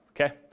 okay